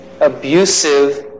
abusive